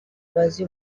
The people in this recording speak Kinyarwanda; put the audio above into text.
bazi